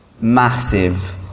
massive